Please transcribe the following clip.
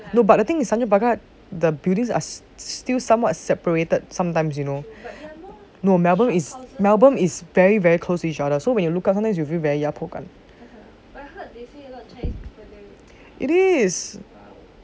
no but the thing is that tanjong pagar still somewhat separated sometimes you know no melbourne is melbourne is very very close to each other so when you look up sometimes you feel very 压迫感 it is